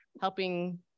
helping